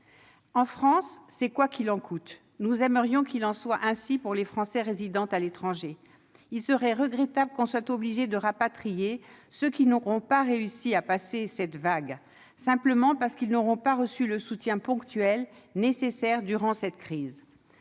En France, c'est « quoi qu'il en coûte ». Nous aimerions qu'il en soit ainsi pour les Français résidant à l'étranger. Il serait regrettable que l'on soit obligé de rapatrier ceux qui n'auront pas réussi à passer la vague, simplement parce qu'ils n'auront pas reçu le soutien ponctuel nécessaire durant cette crise.